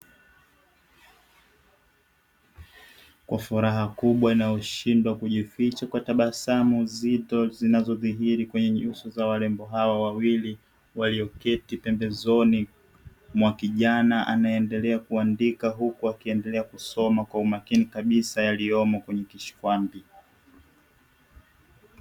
Kwa furaha kubwa inayoshindwa kujificha kwa tabasamu zito zinazodhihiri kwenye nyuso za warembo hawa wawili, walioketi pembezoni mwa kijana anaeendelea kuandika huku akiendelea kusoma kwa umakini kabisa yaliyomo kwenye kishkwmabi.